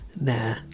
Nah